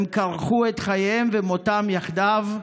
הם כרכו את חייהם ומותם יחדיו.